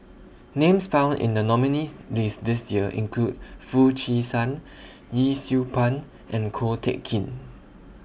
Names found in The nominees' list This Year include Foo Chee San Yee Siew Pun and Ko Teck Kin